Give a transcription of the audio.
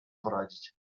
poradzić